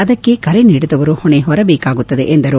ಅದಕ್ಕೆ ಕರೆ ನೀಡಿದವರು ಹೊಣೆ ಹೊರಬೇಕಾಗುತ್ತದೆ ಎಂದರು